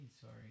sorry